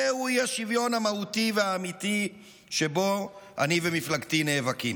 זהו האי-שוויון המהותי והאמיתי שבו אני ומפלגתי נאבקים.